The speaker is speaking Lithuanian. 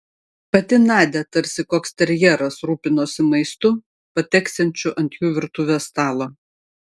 pati nadia tarsi koks terjeras rūpinosi maistu pateksiančiu ant jų virtuvės stalo